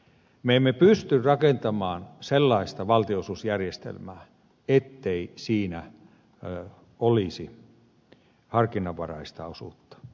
me emme pysty rakentamaan sellaista valtionosuusjärjestelmää ettei siinä olisi harkinnanvaraista osuutta